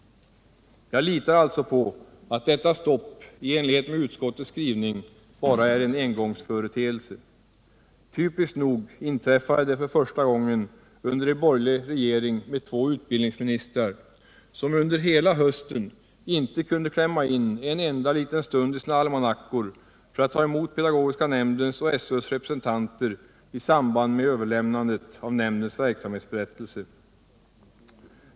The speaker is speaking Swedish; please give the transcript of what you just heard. Jag litar alltså på att detta stopp i enlighet med utskottets skrivning bara är en engångsföreteelse. Typiskt nog inträffade det för första gången under en borgerlig regering med två utbildningsministrar, som under hela hösten inte kunde klämma in en enda liten stund i sina almanackor för att ta emot pedagogiska nämndens och SÖ:s representanter i samband med överlämnandet av nämndens verksamhetsberättelse.